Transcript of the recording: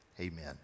Amen